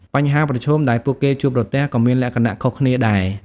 បញ្ហាប្រឈមដែលពួកគេជួបប្រទះក៏មានលក្ខណៈខុសគ្នាដែរ។